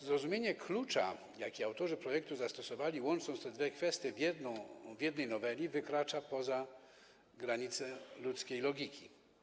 Zrozumienie klucza, jaki autorzy projektu zastosowali łącząc te dwie kwestie w jednej noweli, wykracza poza granice ludzkiej logiki.